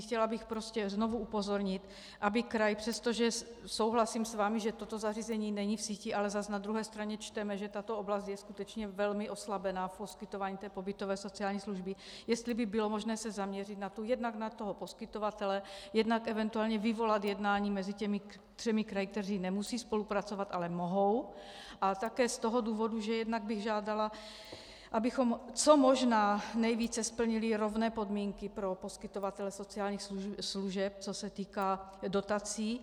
Chtěla bych prostě znovu upozornit, aby kraj přestože s vámi souhlasím, že toto zařízení není v síti, ale zase na druhé straně čteme, že tato oblast je skutečně velmi oslabená v poskytování pobytové sociální služby, jestli by bylo možné se zaměřit jednak na poskytovatele, jednak event. vyvolat jednání mezi těmi třemi kraji, které nemusí spolupracovat, ale mohou, a také z toho důvodu, že bych žádala, abychom co možná nejvíce splnili rovné podmínky pro poskytovatele sociálních služeb, co se týká dotací.